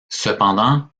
cependant